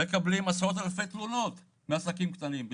במשרד הכלכלה מקבלים עשרות אלפי תלונות מעסקים קטנים.